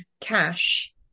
cash